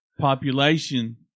Population